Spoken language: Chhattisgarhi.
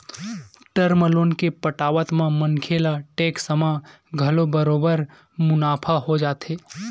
टर्म लोन के पटावत म मनखे ल टेक्स म घलो बरोबर मुनाफा हो जाथे